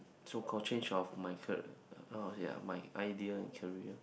so called change of my car~ oh ya my idea in career